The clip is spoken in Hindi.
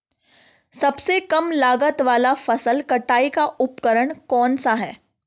सबसे कम लागत वाला फसल कटाई का उपकरण कौन सा है?